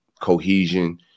cohesion